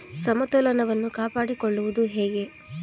ಸಮತೋಲನವನ್ನು ಕಾಪಾಡಿಕೊಳ್ಳುವುದು ಹೇಗೆ?